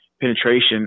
penetration